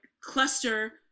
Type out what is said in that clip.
cluster